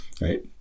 right